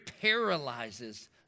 paralyzes